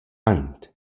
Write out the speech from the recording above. aint